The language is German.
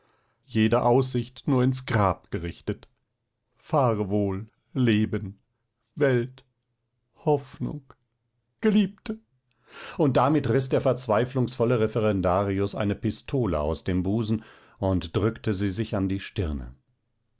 jede aussicht nur ins grab gerichtet fahre wohl leben welt hoffnung geliebte und damit riß der verzweiflungsvolle referendarius eine pistole aus dem busen und drückte sie sich an die stirne